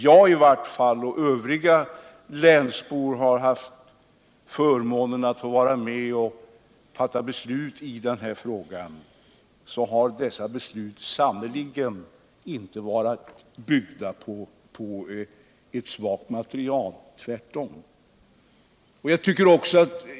Jag och övriga länsbor som varit med och fattat beslut i denna fråga har kunnat konstatera att besluten sannerligen inte har varit byggda på ett svagt underlag. Det har varit precis tvärtom.